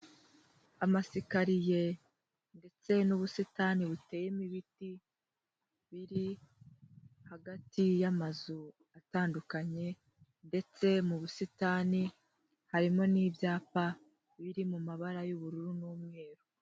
Amasikariye ndetse n'ubusitani buteyemo ibiti biri hagati y'amazu atandukanye ndetse mu busitani harimo n'ibyapa biri mu mabara y'ubururu n'umweru.